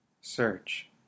Search